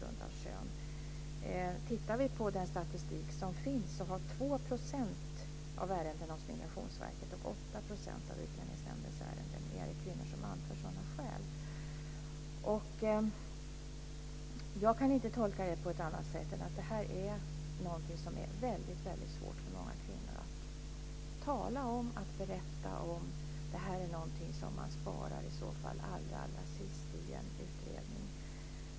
Om vi tittar på den statistik som finns ser vi att kvinnor anför sådana skäl i 2 % av ärendena hos Migrationsverket och i 8 % av Utlänningsnämndens ärenden. Jag kan inte tolka det på annat sätt än att det här är någonting som är väldigt svårt för många kvinnor att tala och berätta om. Det här är i så fall någonting som man sparar till allra sist i en utredning.